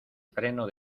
freno